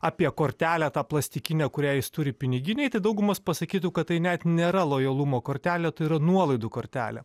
apie kortelę tą plastikinę kurią jis turi piniginėj daugumos pasakytų kad tai net nėra lojalumo kortelė tai yra nuolaidų kortelė